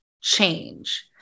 change